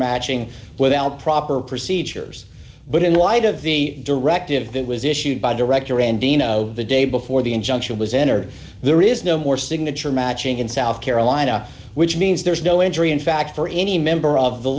matching without proper procedures but in light of the directive that was issued by director and dino the day before the injunction was entered there is no more signature matching in south carolina which means there is no injury in fact for any member of the